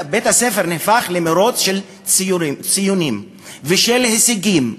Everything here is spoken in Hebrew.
בית-הספר נהפך למירוץ של ציונים ושל הישגים,